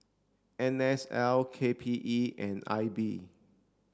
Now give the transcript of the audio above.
N S L K P E and I B